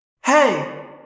Hey